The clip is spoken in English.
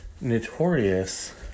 Notorious